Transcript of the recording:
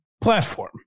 platform